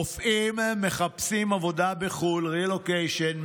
רופאים מחפשים עבודה בחו"ל, רילוקיישן.